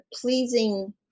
pleasing